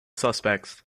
suspects